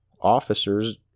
officers